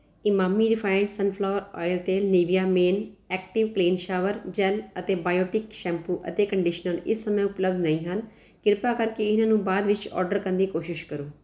Emami refined sunflower oil ਤੇਲ Nivea men active clean shower gel ਅਤੇ Biotique shampoo ਅਤੇ conditioner ਇਸ ਸਮੇਂ ਉਪਲਬਧ ਨਹੀਂ ਹਨ ਕ੍ਰਿਪਾ ਕਰਕੇ ਇਹਨਾਂ ਨੂੰ ਬਾਅਦ ਵਿੱਚ ਆਰਡਰ ਕਰਨ ਦੀ ਕੋਸ਼ਿਸ਼ ਕਰੋ